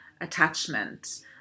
attachment